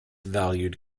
valued